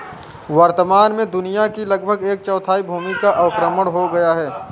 वर्तमान में दुनिया की लगभग एक चौथाई भूमि का अवक्रमण हो गया है